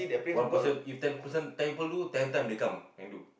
one person if ten person people do ten time they come and do